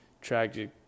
tragic